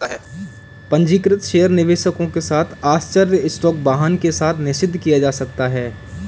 पंजीकृत शेयर निवेशकों के साथ आश्चर्य स्टॉक वाहन के साथ निषिद्ध किया जा सकता है